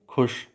खुश